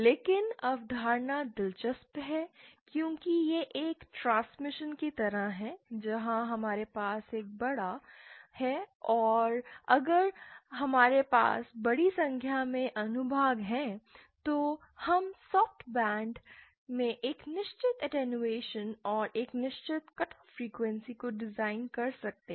लेकिन अवधारणा दिलचस्प है क्योंकि यह एक ट्रांसमिशन की तरह है जहां हमारे पास एक बड़ा है अगर हमारे पास बड़ी संख्या में अनुभाग हैं तो हम सॉफ्ट बैंड में एक निश्चित अटैंयुएशन और एक निश्चित कट ऑफ फ्रीक्वेंसी को डिजाइन कर सकते हैं